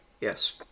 yes